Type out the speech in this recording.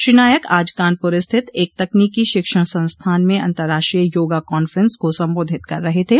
श्रो नायक आज कानपुर स्थित एक तकनीकी शिक्षण संस्थान में अतर्राष्ट्रीय योगा कांफ्रस को संबोधित कर रहे थे